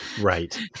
Right